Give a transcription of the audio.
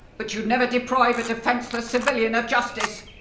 but you'd never deprive a defenceless civilian of justice!